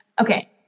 Okay